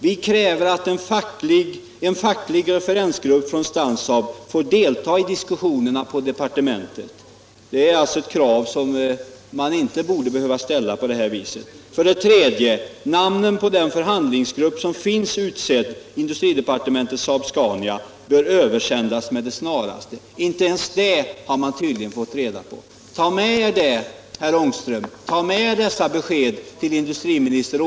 Vi kräver att en facklig referensgrupp från STANSAAB får deltaga i diskussionerna på Departementet.” Detta är ett krav som man inte borde behöva ställa. ”3. Namnen på den förhandlingsgrupp som finns utsett, Industridepartementet — Saab-Scania, bör översändas med det snaraste.” Inte ens detta har man tydligen fått reda på. Ta med er dessa besked, herr Ångström, till industriministern!